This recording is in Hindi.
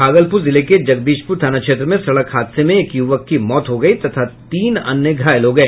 भागलपुर जिले के जगदीशपुर थाना क्षेत्र में सड़क हादसे में एक युवक की मौत हो गई तथा तीन अन्य घायल हो गए